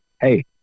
Hey